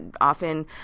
often